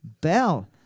Bell